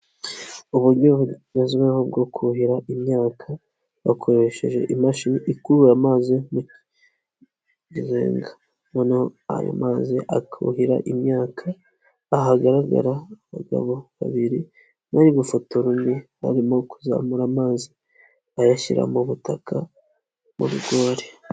Uburyo bugezweho bwo kuhira imyaka, bakoresheje imashini ikurura amazi mu kizenga, noneho ayo mazi akuhira imyaka, aha hagaragara abagabo babiri bari gufotorana, barimo kuzamura amazi, bayashyira mu butaka mu bigori.